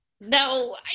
No